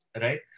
Right